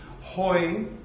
hoi